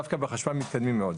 דווקא בחשמל מתקדמים מאוד.